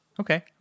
okay